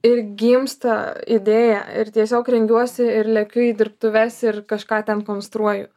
ir gimsta idėja ir tiesiog rengiuosi ir lekiu į dirbtuves ir kažką ten konstruoju